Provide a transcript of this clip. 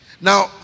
now